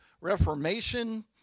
reformation